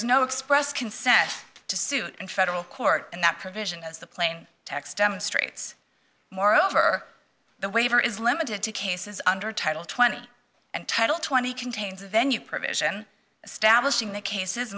is no express consent to suit in federal court and that provision as the plain text demonstrates moreover the waiver is limited to cases under title twenty and title twenty contains a venue provision establishing that cases